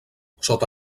sota